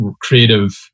creative